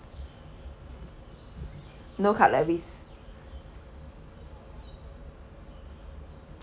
no cutleries